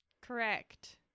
Correct